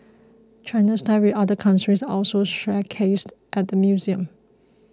China's ties with other countries are also showcased at the museum